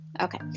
Okay